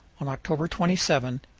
on october twenty seven,